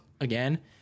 again